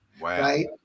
right